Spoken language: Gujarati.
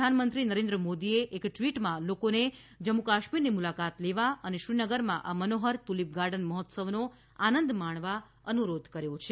પ્રધાનમંત્રી નરેન્દ્ર મોદીએ એક ટ઼વીટમાં લોકોને જમ્મુ કાશ્મીરની મુલાકાત લેવા અને શ્રીનગરમાં આ મનોહર તુલીપ ગાર્ડન મહોત્સવનો આનંદ માણવા અનુરોધ કર્યો છે